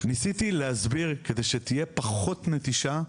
ניסיתי להסביר שכדי שתהיה פחות נטישה,